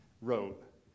wrote